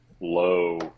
low